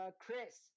Chris